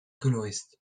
coloriste